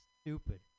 stupid